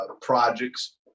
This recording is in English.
projects